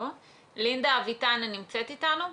לינדה אביטן נמצאת אתנו?